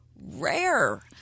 rare